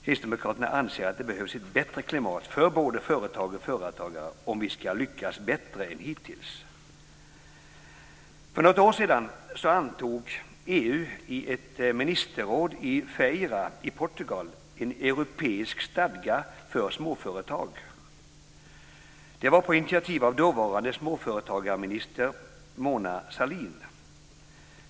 Kristdemokraterna anser att det behövs ett bättre klimat för både företag och företagare om vi ska lyckas bättre än hittills. För något år sedan antog EU i ett ministerråd i Det var på initiativ av dåvarande småföretagarminister Mona Sahlin.